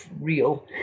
real